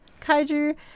kaiju